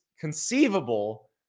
conceivable